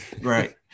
right